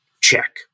Check